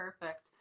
perfect